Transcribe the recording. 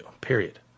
period